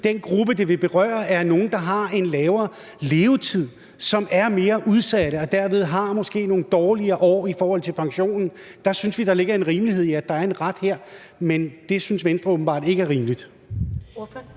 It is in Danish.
den gruppe, det vil berøre, er nogle, der har en lavere levetid, og som er mere udsatte og derved måske har nogle dårligere år i forhold til pensionen. Der synes vi, der ligger en rimelighed i, at der er en ret her, men Venstre synes åbenbart ikke, at det er rimeligt.